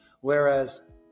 whereas